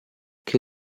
che